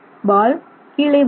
பால் கீழே வராது